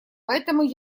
поэтому